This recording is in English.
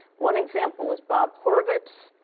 one example was bob horvitz,